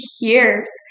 years